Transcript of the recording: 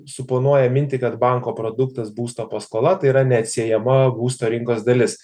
suponuoja mintį kad banko produktas būsto paskola tai yra neatsiejama būsto rinkos dalis